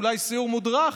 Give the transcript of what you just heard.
אולי סיור מודרך.